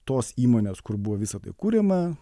tos įmonės kur buvo visa tai kuriama